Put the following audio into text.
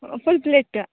full plate